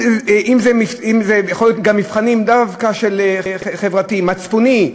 זה יכול להיות גם מבחנים דווקא חברתיים, מצפוני,